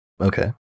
Okay